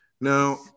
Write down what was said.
Now